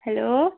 hello